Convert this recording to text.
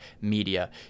Media